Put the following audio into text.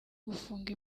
gufunga